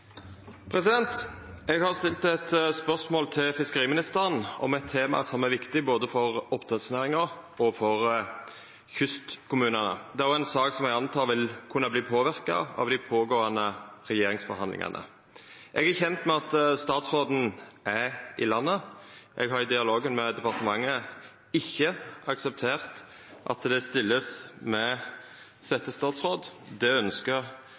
gitte?» Eg har stilt eit spørsmål til fiskeriministeren om eit tema som er viktig både for oppdrettsnæringa og for kystkommunane. Det er ei sak som eg antar vil kunna verta påverka av regjeringsforhandlingane som går føre seg. Eg er kjend med at stastråden er i landet, eg har i dialogen med departementet ikkje akseptert at det vert stilt med setjestatsråd. Det ønsket registrerer eg